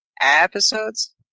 episodes